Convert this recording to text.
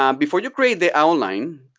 um before you create the outline,